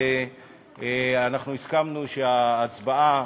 ואנחנו הסכמנו שההצבעה